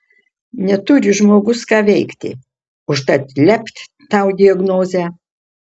neturi žmogus ką veikti užtat lept tau diagnozę